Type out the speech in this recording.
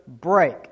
break